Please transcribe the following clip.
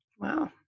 Wow